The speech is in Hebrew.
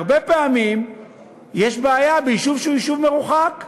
והרבה פעמים יש בעיה ביישוב שהוא מרוחק.